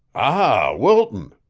ah, wilton,